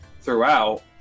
throughout